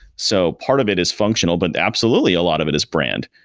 so part of it is functional, but absolutely a lot of it is brand,